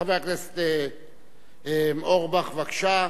חבר הכנסת אורבך, בבקשה.